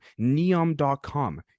neom.com